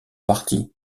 partie